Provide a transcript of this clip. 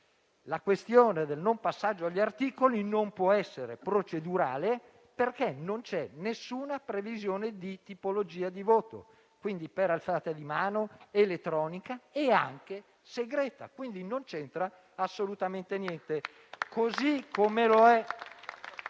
La questione del non passaggio agli articoli non può essere procedurale, perché non c'è alcuna previsione di tipologia di voto: quindi, per alzata di mano, per votazione elettronica e anche segreta. Quindi, non c'entra assolutamente niente.